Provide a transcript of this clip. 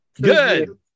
Good